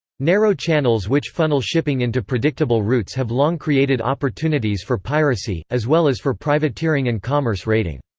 narrow channels which funnel shipping into predictable routes have long created opportunities for piracy, as well as for privateering and commerce raiding.